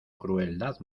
crueldad